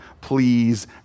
please